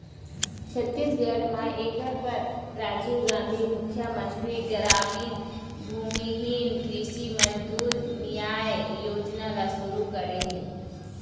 छत्तीसगढ़ म एखर बर राजीव गांधी मुख्यमंतरी गरामीन भूमिहीन कृषि मजदूर नियाय योजना ल सुरू करे हे